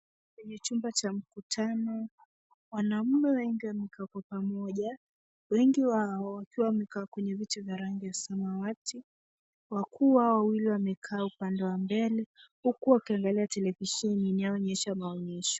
Kwenye chumba cha mkutano wanaume wengi wamekaa kwa pamoja, wengi wao wakiwa wamekaa kwenye viti vya rangi ya samawati. Wakuu wao wawili wamekaa upande wa mbele huku wakiangalia televisheni inayoonyesha maonyesho.